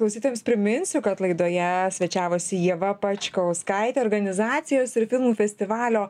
klausytojams priminsiu kad laidoje svečiavosi ieva pačkauskaitė organizacijos ir filmų festivalio